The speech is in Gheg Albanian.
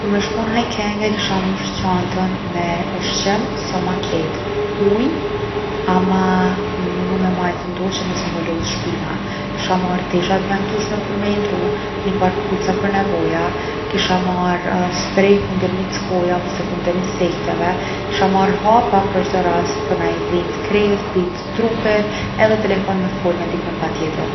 Për me shku n’hiking e kisha mush çantën me ushqim sa ma t’lehtë. Ujë, ama munu me majt n’dorë që mos me mu lodh shpina. Kisha marrë tesha t’mjaftushme për me i ndrru. Nipar kpuca për nevoja. Kisha marrë sprej kundër mickojave ose kundër insekteve. Kisha marr hapa për çdo rast për naj dhimt t’kres, dhimt t’trupit, edhe telefon për me fol me dikon patjetër.